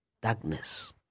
darkness